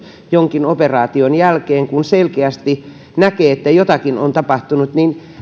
jonkin operaation jälkeen kun selkeästi näkee että jotakin on tapahtunut